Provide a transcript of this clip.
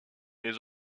les